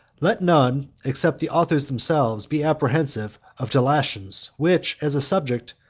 let none, except the authors themselves, be apprehensive of delations, which, as a subject,